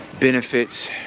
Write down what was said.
benefits